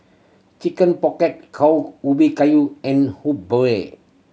Chicken Pocket cow ubi kayu and bua